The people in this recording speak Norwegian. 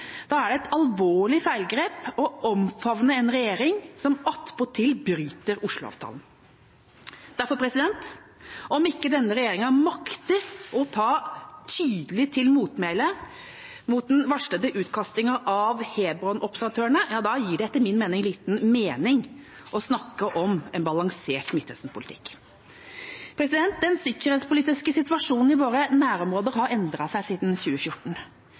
Da er det et alvorlig feilgrep å omfavne en regjering som attpåtil bryter Oslo-avtalen. Derfor: Om ikke denne regjeringa makter å ta tydelig til motmæle mot den varslede utkastingen av Hebron-observatørene, gir det etter min mening liten mening å snakke om en balansert Midtøsten-politikk. Den sikkerhetspolitiske situasjonen i våre nærområder har endret seg siden 2014.